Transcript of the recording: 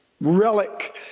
relic